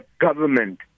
government